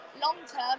long-term